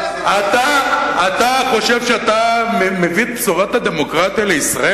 אתה חושב שאתה מביא את בשורת הדמוקרטיה לישראל,